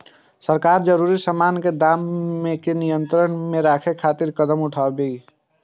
सरकार जरूरी सामान के दाम कें नियंत्रण मे राखै खातिर कदम उठाबै छै